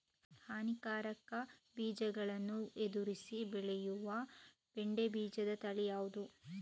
ಹಾನಿಕಾರಕ ಜೀವಿಗಳನ್ನು ಎದುರಿಸಿ ಬೆಳೆಯುವ ಬೆಂಡೆ ಬೀಜ ತಳಿ ಯಾವ್ದು?